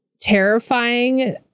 terrifying